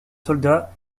soldat